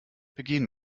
begehen